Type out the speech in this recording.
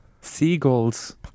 Seagulls